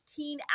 15